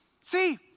See